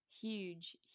huge